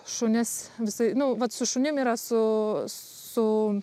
šunys visai nu vat su šunim yra su su